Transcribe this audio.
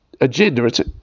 agenda